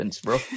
bro